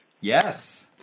yes